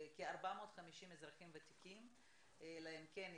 והרבה אנשים לא יודעים מה יקרה להם יום